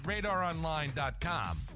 radaronline.com